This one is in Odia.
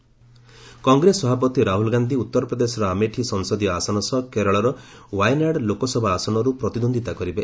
ରାହୁଲ୍ ୱାୟାନାଡ୍ କଂଗ୍ରେସ ସଭାପତି ରାହ୍ରଲ ଗାନ୍ଧି ଉତ୍ତର ପ୍ରଦେଶର ଆମେଠି ସଂସଦୀୟ ଆସନ ସହ କେରଳର ୱାୟାନାଡ଼ ଲୋକସଭା ଆସନର୍ ପ୍ରତିଦ୍ୱନ୍ଦିତା କରିବେ